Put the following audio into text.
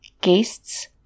guests